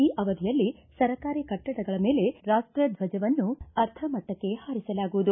ಈ ಅವಧಿಯಲ್ಲಿ ಸರ್ಕಾರಿ ಕಟ್ಟಡಗಳ ಮೇಲೆ ರಾಷ್ಪ ಧ್ವಜವನ್ನು ಅರ್ಧ ಮಟ್ಟಕ್ಕೆ ಹಾರಿಸಲಾಗುವುದು